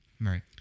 Right